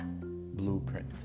blueprint